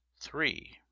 three